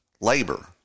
labor